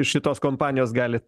iš šitos kompanijos galit